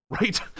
right